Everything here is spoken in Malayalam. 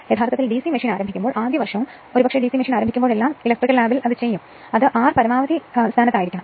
യഥാർത്ഥത്തിൽ DC മെഷീൻ ആരംഭിക്കുമ്പോൾ ആദ്യ വർഷവും ഒരു പക്ഷേ DC മെഷീൻ ആരംഭിക്കുമ്പോഴെല്ലാം ഇലക്ട്രിക്കൽ ലാബ് ചെയ്യും അത് R പരമാവധി സ്ഥാനത്ത് ആയിരിക്കണം